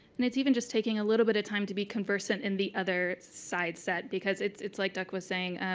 and it's even just taking a little bit of time to be conversantes in it the other side set, because it's it's like doug was saying.